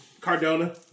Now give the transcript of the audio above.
Cardona